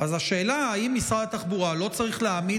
השאלה היא אם משרד התחבורה לא צריך להעמיד